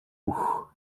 бүх